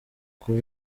kuba